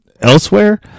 elsewhere